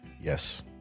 Yes